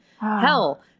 Hell